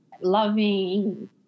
loving